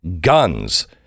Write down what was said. Guns